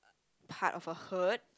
part of a hurt